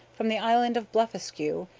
from the island of blefuscu,